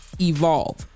evolve